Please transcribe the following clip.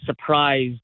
surprised